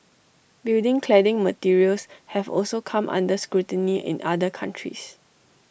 building cladding materials have also come under scrutiny in other countries